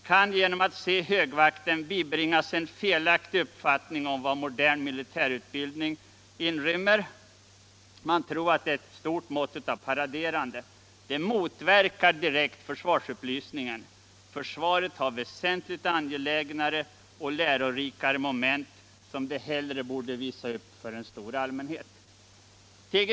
kan genom att se högvakten bibringas en felaktig uppfattning om att modern militärutbildning fortfarande inrymmer cett stort måtll av paraderande. Det motverkar direkt försvarsupplysningen. Försvaret har väsentligt angelägnare och lärorikare moment som det hellre borde få visa upp för den stora allmänheten. T.G.